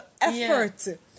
effort